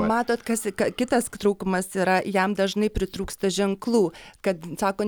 matot kas kitas trūkumas yra jam dažnai pritrūksta ženklų kad sako